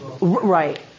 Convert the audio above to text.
Right